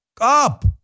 up